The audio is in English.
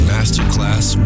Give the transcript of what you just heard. Masterclass